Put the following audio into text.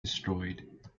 destroyed